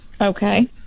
Okay